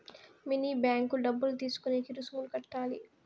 mini bank డబ్బులు తీసుకునేకి రుసుములు కట్టాలి